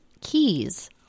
keys